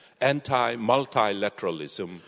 anti-multilateralism